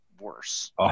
worse